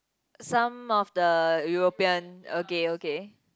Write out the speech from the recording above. some of the European okay okay